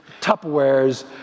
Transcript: Tupperwares